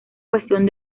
cuestión